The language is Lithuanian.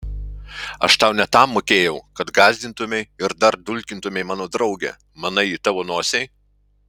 aš tau ne tam mokėjau kad gąsdintumei ir dar dulkintumei mano draugę manai ji tavo nosiai